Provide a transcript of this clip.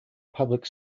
public